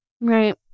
Right